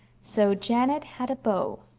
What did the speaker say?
so janet had a beau!